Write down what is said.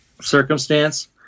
circumstance